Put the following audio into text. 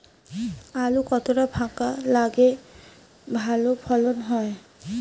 আলু কতটা ফাঁকা লাগে ভালো ফলন হয়?